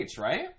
right